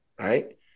right